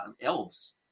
Elves